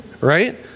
Right